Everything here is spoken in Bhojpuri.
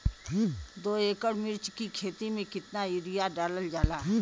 दो एकड़ मिर्च की खेती में कितना यूरिया डालल जाला?